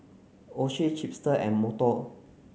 Oishi Chipster and Modot